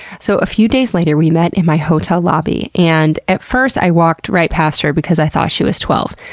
so, a few days later we met in my hotel lobby, and at first i walked right past her because i thought she was twelve.